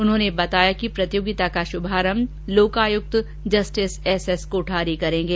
उन्होंने बताया कि कल प्रतियोगिता का शुभारंभ Lokayukta justice S S Kothari करेंगे